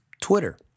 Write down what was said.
Twitter